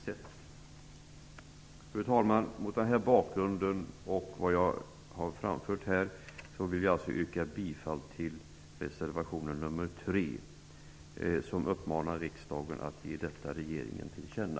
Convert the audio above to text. Mot denna bakgrund och mot bakgrund av vad jag här har framfört vill jag yrka bifall till reservation nr 3, i vilken det uppmanas att riksdagen skall ge regeringen detta till känna.